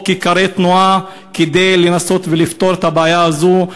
כיכרות תנועה כדי לנסות לפתור את הבעיה הזאת,